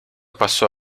passò